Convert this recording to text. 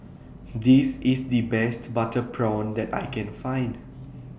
This IS The Best Butter Prawn that I Can Find